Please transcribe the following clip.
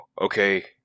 okay